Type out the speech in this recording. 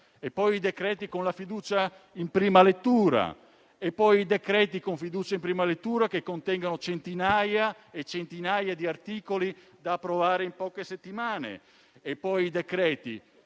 e poi i decreti, con fiducia in prima lettura, che contengono centinaia e centinaia di articoli da approvare in poche settimane; poi i decreti